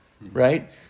right